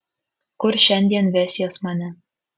kur šiandien vesies mane